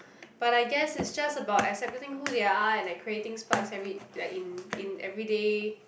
but I guess it's just about accepting who they are and like creating sparks every like in in everyday